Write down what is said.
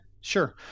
sure